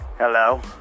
Hello